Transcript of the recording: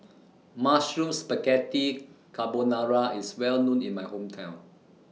Mushroom Spaghetti Carbonara IS Well known in My Hometown